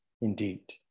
Indeed